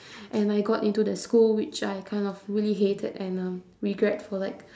and I got into the school which I kind of really hated and um regret for like